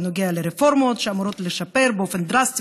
בנוגע לרפורמות שאמורות לשפר באופן דרסטי